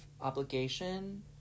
obligation